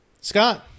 Scott